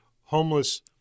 homeless